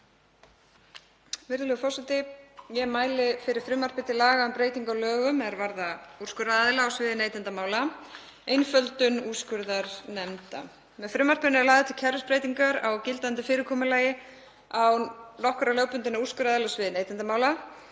Virðulegur forseti. Ég mæli fyrir frumvarpi til laga um breytingu á lögum er varða úrskurðaraðila á sviði neytendamála, einföldun úrskurðarnefnda. Með frumvarpinu eru lagðar til kerfisbreytingar á gildandi fyrirkomulagi nokkurra lögbundinna úrskurðaraðila á sviði neytendamála.